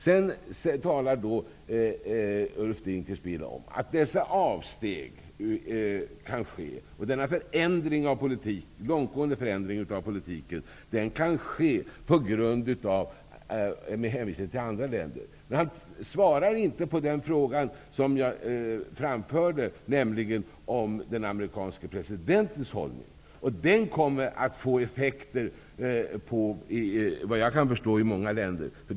Sedan talar Ulf Dinkelspiel om att dessa avsteg och denna långtgående förändring av politiken kan ske med hänvisning till andra länder. Men han svarar inte på den fråga som jag ställde om den amerikanske presidentens hållning. Den kommer att få effekter i många länder, såvitt jag kan förstå.